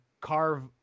carve